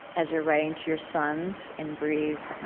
as you're writing to your sons in breathe,